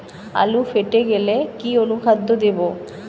আলু ফেটে গেলে কি অনুখাদ্য দেবো?